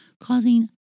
causing